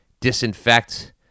disinfect